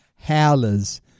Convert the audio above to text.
howlers